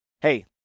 hey